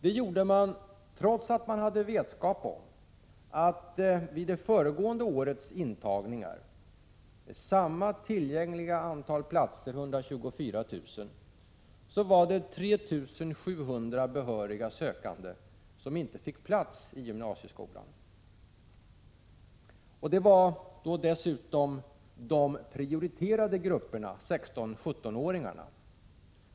Det gjorde man trots att man hade vetskap om att det vid det föregående årets intagningar med samma antal tillgängliga platser — 124 000 — var 3 700 behöriga sökande som inte fick plats i gymnasieskolan. Det var dessutom de prioriterade grupperna, 16-17-åringarna.